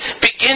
begin